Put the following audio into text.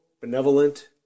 benevolent